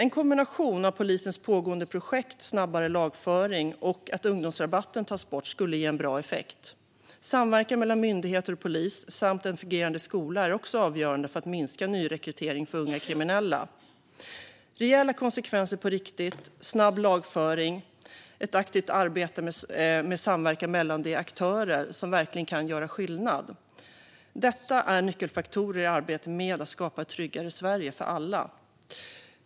En kombination av polisens pågående projekt om snabbare lagföring och att ungdomsrabatten tas bort skulle ge en bra effekt. Samverkan mellan myndigheter och polis samt en fungerande skola är också avgörande för att minska nyrekrytering av unga kriminella. Rejäla konsekvenser på riktigt, snabb lagföring, ett aktivt arbete med samverkan mellan de aktörer som verkligen kan göra skillnad är nyckelfaktorer i arbetet med att skapa ett tryggare Sverige för alla.